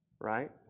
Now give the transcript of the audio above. Right